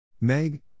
Meg